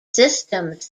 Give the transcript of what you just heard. systems